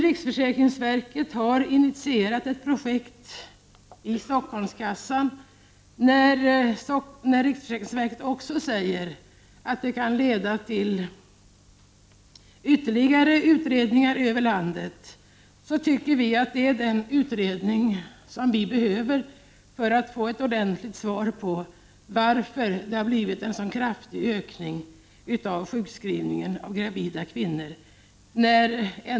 Riksförsäkringsverket har nu initierat ett projekt i Stockholmskassan, och verket har också sagt att det kan leda till ytterligare utredningar i landet. Det är den utredning som vi behöver för att få ett ordentligt svar på frågan om varför det har blivit en så kraftig ökning av sjukskrivningen av gravida kvinnor.